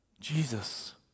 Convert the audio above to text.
Jesus